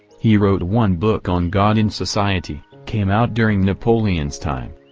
he wrote one book on god in society, came out during napoleon's time.